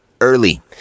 early